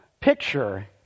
picture